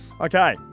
Okay